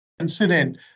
incident